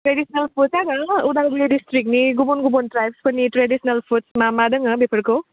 traditional फुडसा नों उदालगुरि डस्ट्रिक्टनि गुबुन गुबुन ट्राइब्सफोरनि ट्रेडिसिनेल फुडस मा मा दोङो बेफोरखौ